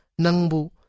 nangbu